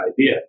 idea